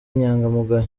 inyangamugayo